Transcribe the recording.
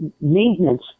maintenance